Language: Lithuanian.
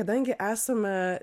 kadangi esame